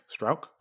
Strouk